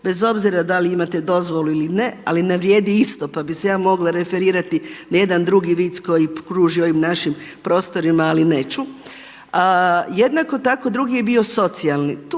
bez obzira da li imate dozvolu ili ne ali ne vrijedi isto pa bi se ja mogla referirati na jedan drugi vic koji kruži ovim našim prostorima ali neću. Jednako tako drugi je bio socijalni.